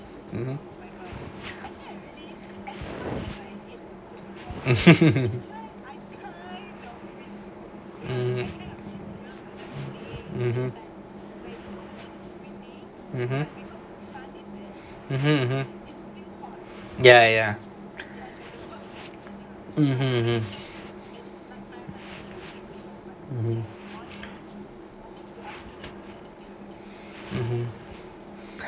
(uh huh) mm (uh huh) ya ya (uh huh)